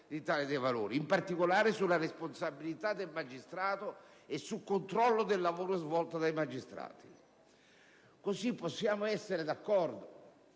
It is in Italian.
in particolare alla responsabilità del magistrato e al controllo del lavoro da esso svolto. Possiamo essere d'accordo